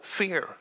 fear